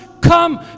come